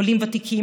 עולים ותיקים,